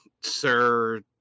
Sir